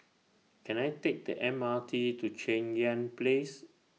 Can I Take The M R T to Cheng Yan Place